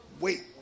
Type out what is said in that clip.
Wait